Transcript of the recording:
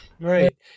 Right